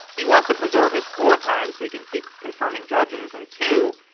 he wants to preserve his. wartimes we can keep confirming judges and two,